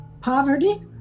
poverty